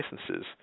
licenses